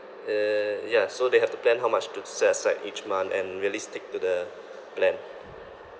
uh yeah so they have to plan how much to set aside each month and really stick to the plan